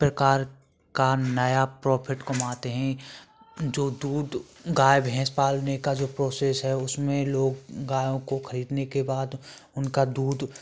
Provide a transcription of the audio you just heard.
प्रकार का नया प्रॉफिट कमाते हैं जो दूध गाय भैंस पालने का जो प्रोसेस है उसमें लोग गायों को खरीदने के बाद उनका दूध